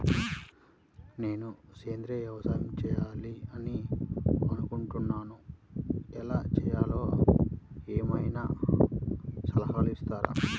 నేను సేంద్రియ వ్యవసాయం చేయాలి అని అనుకుంటున్నాను, ఎలా చేయాలో ఏమయినా సలహాలు ఇస్తారా?